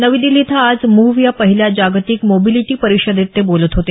नवी दिल्ली इथं आज मूव्ह या पहिल्या जागतिक मोबिलिटी परिषदेत ते बोलत होते